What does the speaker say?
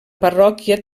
parròquia